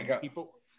People